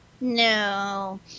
no